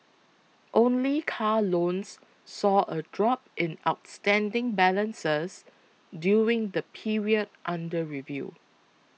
only car loans saw a drop in outstanding balances during the period under review